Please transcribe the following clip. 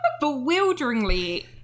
bewilderingly